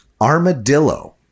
armadillo